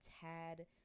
tad